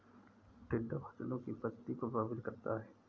टिड्डा फसलों की पत्ती को प्रभावित करता है